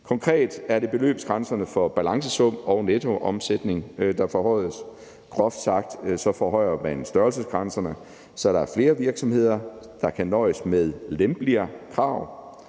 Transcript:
Konkret er det beløbsgrænserne for balancesum og nettoomsætning, der forhøjes. Groft sagt forhøjer man størrelsesgrænserne, så der er flere virksomheder, der kan nøjes med lempeligere krav.